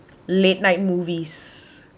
late night movies